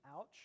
Ouch